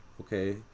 okay